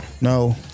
No